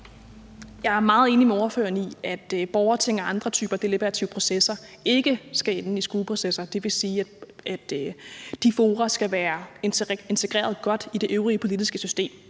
Jeg er meget enig med ordføreren i, at borgerting og andre typer deliberative processer ikke skal ende i skueprocesser; det vil sige, at de fora skal være integreret godt i det øvrige politiske system.